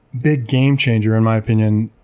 big game changer in my opinion,